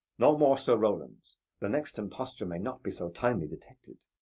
no more sir rowlands the next imposture may not be so timely detected.